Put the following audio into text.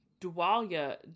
Dwalia-